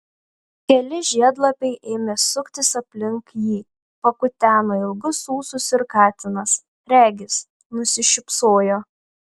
keli žiedlapiai ėmė suktis aplink jį pakuteno ilgus ūsus ir katinas regis nusišypsojo